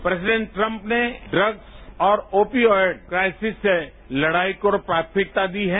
president Trump ने इग्स और ओपी आयल क्राइसिज से लड़ाई को प्राथमिकता दी है